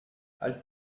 als